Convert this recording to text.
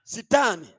Satan